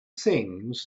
things